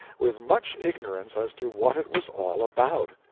with much ignorance as to what it was all about.